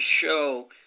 show